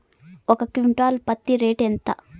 ఒక క్వింటాలు పత్తి రేటు ఎంత?